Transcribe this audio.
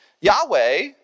Yahweh